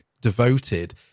devoted